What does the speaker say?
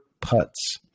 putts